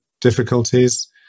difficulties